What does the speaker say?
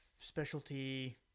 specialty